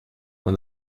when